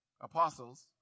apostles